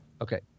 Okay